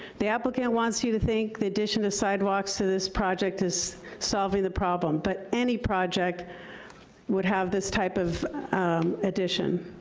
the applicant wants you to think the addition of sidewalks to this project is solving the problem, but any project would have this type of addition.